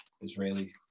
israeli